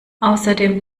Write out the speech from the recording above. außerdem